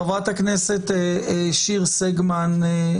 חברת הכנסת שיר סגמן,